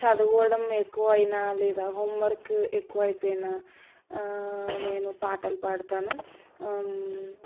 చదవడం ఎక్కువయినా లేదా హోమ్ వర్క్ ఎక్కువయిపోయినా నేను పాటలు పాడతాను